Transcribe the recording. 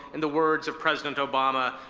in the words of president obama,